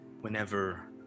Whenever